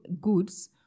goods